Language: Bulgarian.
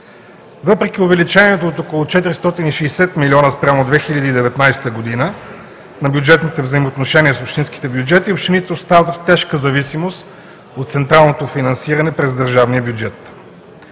въпреки увеличението от около 460 млн. лв. спрямо 2019 г. на бюджетните взаимоотношения с общинските бюджети, общините остават в тежка зависимост от централното финансиране през държавния бюджет.